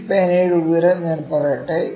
ഈ പേനയുടെ ഉയരം ഞാൻ പറയട്ടെ